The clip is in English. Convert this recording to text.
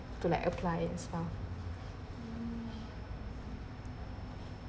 to like apply as well